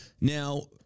Now